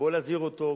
בוא נזהיר אותו.